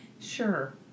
Sure